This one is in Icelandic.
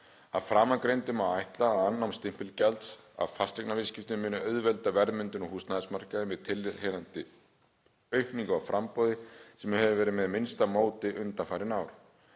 Af framangreindu má ætla að afnám stimpilgjalds af fasteignaviðskiptum muni auðvelda verðmyndun á húsnæðismarkaði með tilheyrandi aukningu á framboði sem hefur verið með minnsta móti undanfarin ár.